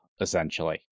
essentially